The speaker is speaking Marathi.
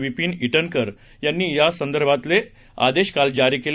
विपीन विनकर यांनी यासंदर्भातले आदेश आज जारी केले